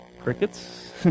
Crickets